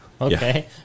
Okay